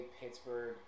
Pittsburgh